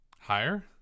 Higher